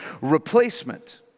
replacement